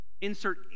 Insert